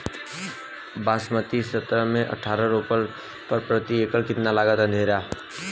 बासमती सत्रह से अठारह रोपले पर प्रति एकड़ कितना लागत अंधेरा?